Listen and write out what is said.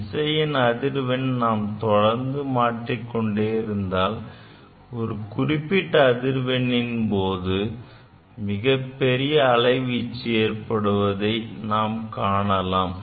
விசையின் அதிர்வெண்ணை நாம் தொடர்ந்து மாற்றிக் கொண்டிருந்தால் ஒரு குறிப்பிட்ட அதிர்வெண்ணின் போது மிகப்பெரிய அலைவீச்சு ஏற்படுவதை காணலாம்